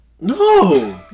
No